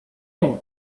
omen